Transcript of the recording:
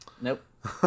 Nope